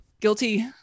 guilty